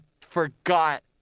forgot